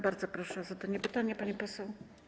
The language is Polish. Bardzo proszę o zadania pytania, pani poseł.